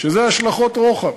שיהיו השלכות רוחב.